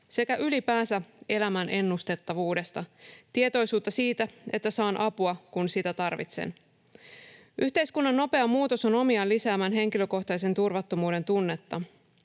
sekä ylipäänsä elämän ennustettavuudesta. Se on tietoisuutta siitä, että saan apua, kun sitä tarvitsen. Yhteiskunnan nopea muutos on omiaan lisäämään henkilökohtaisen turvattomuuden tunnetta,